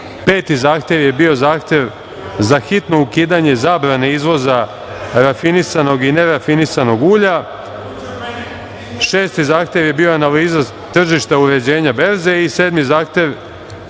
zahtev je bio zahtev za hitno ukidanje zabrane izvoza rafinisanog i nerafinisnog ulja. Šesti zahtev je bio analiza tržišta i uređenje berze. Sedmi zahtev